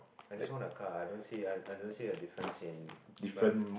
I just want a car I don't see I I don't see a difference in Merc